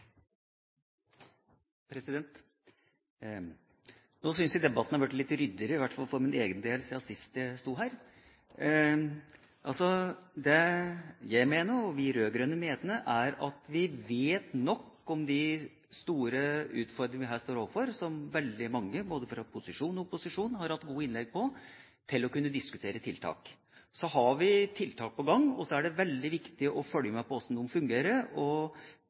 vi vet nok om de store utfordringene vi her står overfor, som veldig mange både fra opposisjon og posisjon har hatt gode innlegg om, til å kunne diskutere tiltak. Så har vi tiltak på gang, og det er veldig viktig å følge med på hvordan de fungerer.